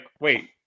wait